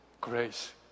grace